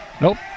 Nope